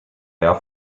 air